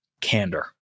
Candor